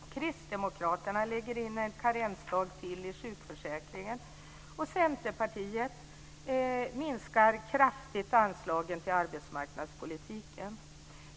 Kristdemokraterna lägger in en karensdag till i sjukförsäkringen, och Centerpartiet minskar anslagen till arbetsmarknadspolitiken kraftigt.